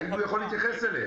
האם הוא יכול להתייחס אליהן?